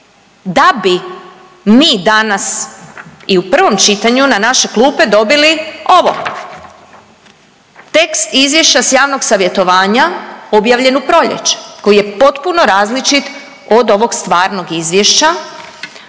da bi mi danas i u prvom čitanju na naše klupe dobili ovo. Tekst izvješća s javnog savjetovanja objavljen u proljeće koji je potpuno različit od ovog stvarnog izvješća